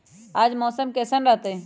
आज मौसम किसान रहतै?